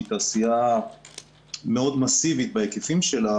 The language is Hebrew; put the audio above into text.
שהיא תעשייה מאוד מסיבית בהיקפים שלה